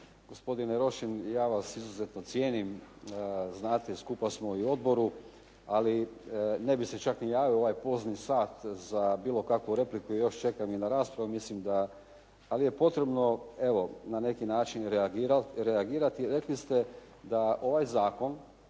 Gospodine Rošin, ja vas izuzetno cijenim, znate skupa smo i u odboru ali ne bih se čak ni javio u ovaj pozni sat za bilo kakvu repliku, još čekam i na raspravu. Ali je potrebno evo na neki način reagirati. Rekli ste da ovaj zakon